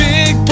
Big